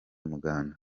umuganda